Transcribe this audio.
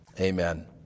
Amen